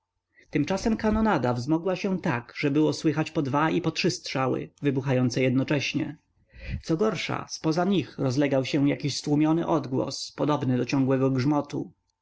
tymczasem kanonada wzmogła się tak że było słychać po dwa i po trzy strzały wybuchające jednocześnie co gorsze zpoza nich rozlegał się jakiś stłumiony odgłos podobny do ciągłego grzmotu